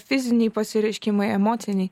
fiziniai pasireiškimai emociniai